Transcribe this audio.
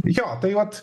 jo tai vat